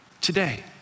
today